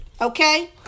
okay